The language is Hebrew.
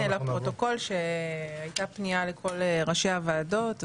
נציין לפרוטוקול שהייתה פנייה לכל ראשי הוועדות בנושא.